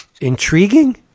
intriguing